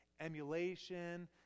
emulation